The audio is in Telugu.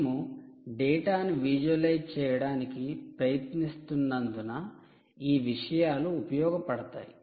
మేము డేటాను విజువలైజ్ చేయడానికి ప్రయత్నిస్తున్నందున ఈ విషయాలు ఉపయోగపడతాయి